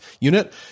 unit